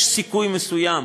יש סיכוי מסוים